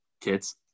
kids